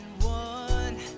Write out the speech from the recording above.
one